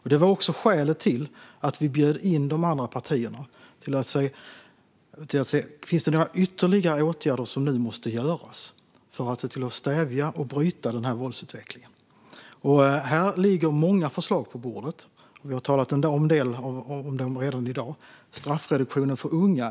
Detta var också skälet till att vi bjöd in de andra partierna för att se om det finns några ytterligare åtgärder som nu måste vidtas för att stävja och bryta våldsutvecklingen. Här ligger många förslag på bordet; vi har redan talat om en del av dem i dag. Ett av dem gäller straffreduktionen för unga.